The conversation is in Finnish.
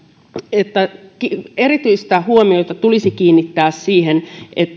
että erityistä huomiota tulisi kiinnittää siihen